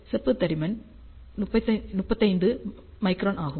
செப்பு தடிமன் 35 மைக்ரான் ஆகும்